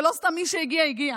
ולא סתם מי שהגיע הגיע.